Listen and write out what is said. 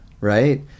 right